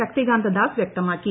ശക്തികാന്ത ദാസ് വ്യക്തമാക്കി